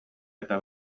eta